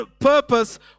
purpose